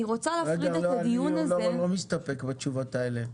רגע, אני לא מסתפק בתשובות האלה.